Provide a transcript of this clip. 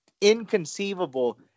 inconceivable